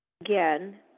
Again